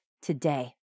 today